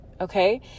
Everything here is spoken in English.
Okay